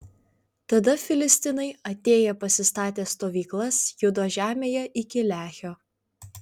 tada filistinai atėję pasistatė stovyklas judo žemėje iki lehio